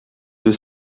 deux